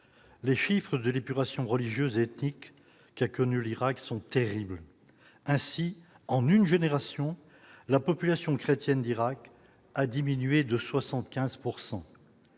les chiffres de l'épuration religieuse, ethnique qui a connu l'Irak sont terribles : ainsi, en une génération, la population chrétienne d'Irak, a diminué de 75